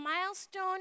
milestone